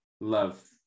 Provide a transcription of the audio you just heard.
love